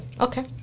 Okay